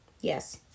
Yes